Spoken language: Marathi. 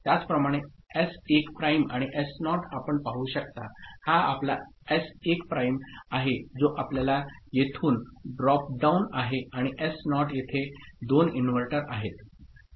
त्याचप्रमाणे एस 1 प्राइम आणि एस नॉट आपण पाहू शकता हा आपला एस 1 प्राइम आहे जो आपल्याला येथून ड्रॉपडाउन आहे आणि एस नॉट येथे दोन इन्व्हर्टर आहेत